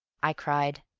i cried.